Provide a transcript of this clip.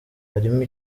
hari